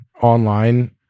online